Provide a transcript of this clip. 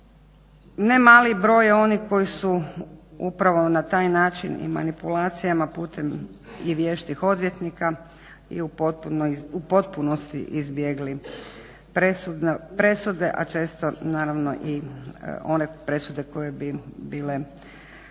Ne mali broj onih koji su upravo na taj način i manipulacijama putem i vještih odvjetnika i u potpunosti izbjegli presude, a često naravno i one presude koje bi bile